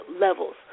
levels